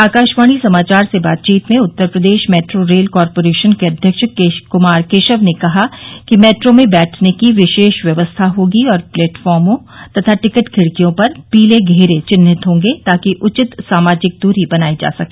आकाशवाणी समाचार से बातचीत में Uttar Pradesh metro rail corporation के अध्यक्ष कुमार केशव ने कहा कि मेट्रो में बैठने की विशेष व्यवस्था होगी और प्लेटफार्मो तथा टिकट खिडकियों पर पीले घरे चिन्हित होंगे ताकि उचित सामाजिक दूरी बनाई जा सके